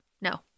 no